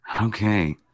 okay